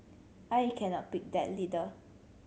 I cannot pick that leader